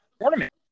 Tournament